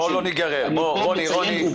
בואו לא ניגרר לעניין הזה.